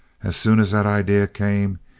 as soon as that idea came,